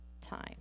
time